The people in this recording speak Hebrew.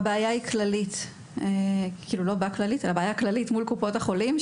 הבעיה היא כללית מול קופות החולים.